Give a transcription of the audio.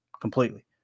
completely